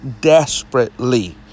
desperately